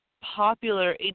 popular